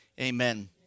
amen